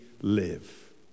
live